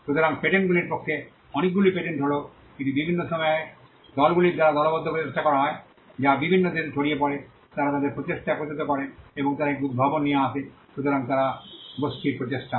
সুতরাং পেটেন্টগুলির পক্ষে অনেকগুলি পেটেন্ট হল এটি বিভিন্ন সময়ে দলগুলির দ্বারা দলবদ্ধ প্রচেষ্টা করা হয় যা বিভিন্ন দেশে ছড়িয়ে পড়ে তারা তাদের প্রচেষ্টা একত্রিত করে এবং তারা একটি উদ্ভাবন নিয়ে আসে সুতরাং তারা গোষ্ঠী প্রচেষ্টা